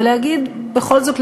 ולהגיד בכל זאת,